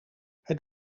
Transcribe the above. het